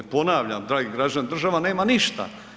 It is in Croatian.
Ponavljam dragi građani, država nema ništa.